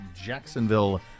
Jacksonville